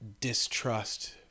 distrust